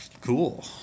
Cool